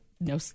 no